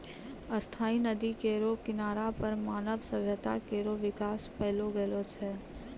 स्थायी नदी केरो किनारा पर मानव सभ्यता केरो बिकास पैलो गेलो छै